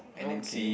okay